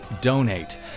donate